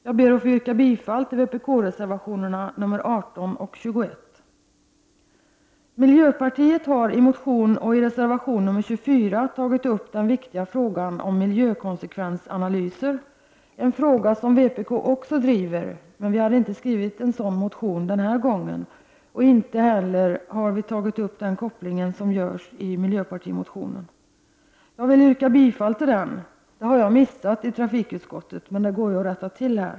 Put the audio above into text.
Jag ber att få yrka bifall till vpk-reservationerna 18 och 21. Miljöpartiet har i motion och i reservation 24 tagit upp den viktiga frågan om miljökonsekvensanalyser, en fråga som också vpk driver. Men vi har inte väckt en motion i den saken denna gång. Inte heller har vi tagit upp den koppling som görs i miljöpartimotionen. Jag ber att få yrka bifall till den mo tionen, något som jag har missat i trafikutskottet, men det går ju att rätta till här.